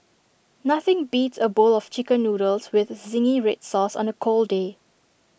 nothing beats A bowl of Chicken Noodles with Zingy Red Sauce on A cold day